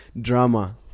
Drama